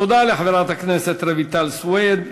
תודה לחברת הכנסת רויטל סויד.